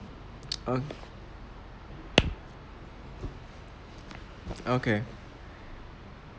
uh okay